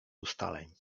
ustaleń